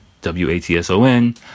W-A-T-S-O-N